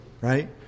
right